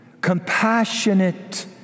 compassionate